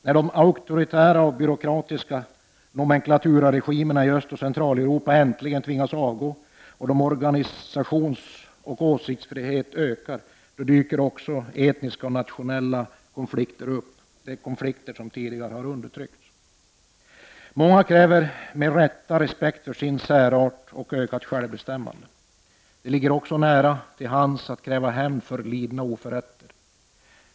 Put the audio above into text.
När de auktoritära och byråkratiska nomenklaturaregimerna i Östoch Centraleuropa äntligen tvingas avgå och organisationsoch åsiktsfriheten ökar dyker de etniska och nationella konflikter som tidigare har undertryckts upp. Många kräver med rätta respekt för sin särart och ett ökat självbestämmande. Det ligger också nära till hands att kräva hämnd för lidna oförrätter.